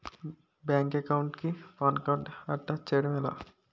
Bank account కి PAN card attach చేయడం ఎలా?